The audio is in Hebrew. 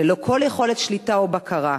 ללא כל יכולת שליטה או בקרה.